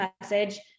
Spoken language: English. message